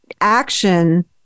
action